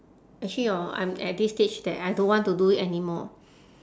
actually hor I'm at this stage that I don't want to do it anymore